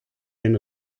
den